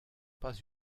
pas